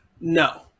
no